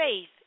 faith